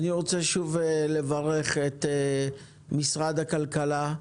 אני רוצה שוב לברך את משרד הכלכלה,